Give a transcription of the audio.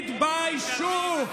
תתביישו.